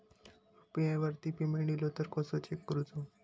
UPI वरती payment इलो तो कसो चेक करुचो?